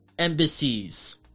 embassies